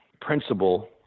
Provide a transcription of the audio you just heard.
principal